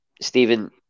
Stephen